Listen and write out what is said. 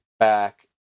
back